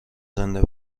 زنده